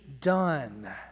done